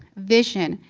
vision,